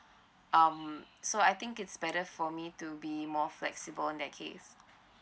um so I think it's better for me to be more flexible in that case